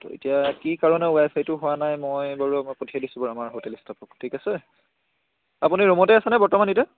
ত' এতিয়া কি কাৰণে ৱাই ফাইটো হোৱা নাই মই বাৰু পঠিয়াই দিছো বাৰু আমাৰ হোটেল ষ্টাফক ঠিক আছে আপুনি ৰুমতে আছেনে বৰ্তমান এতিয়া